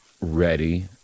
ready